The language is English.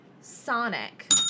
Sonic